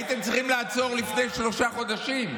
הייתם צריכים לעצור לפני שלושה חודשים.